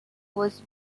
was